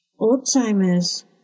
Alzheimer's